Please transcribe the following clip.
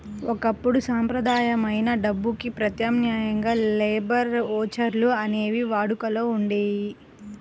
ఒకప్పుడు సంప్రదాయమైన డబ్బుకి ప్రత్యామ్నాయంగా లేబర్ ఓచర్లు అనేవి వాడుకలో ఉండేయి